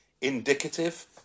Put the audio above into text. indicative